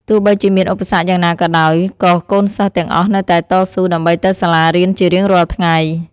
ទោះបីជាមានឧបសគ្គយ៉ាងណាក៏ដោយ ក៏កូនសិស្សទាំងអស់នៅតែតស៊ូ ដើម្បីទៅសាលារៀនជារៀងរាល់ថ្ងៃ។